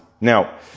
Now